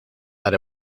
that